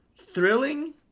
thrilling